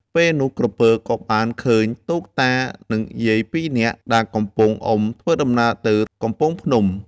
ពេលនោះក្រពើ ក៏បានឃើញទូកតានឹងយាយពីរនាក់ ដែលកំពុងអុំធ្វើដំណើរទៅកំពង់ភ្នំ។